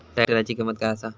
ट्रॅक्टराची किंमत काय आसा?